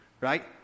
Right